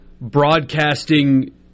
broadcasting